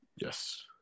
Yes